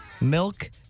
Milk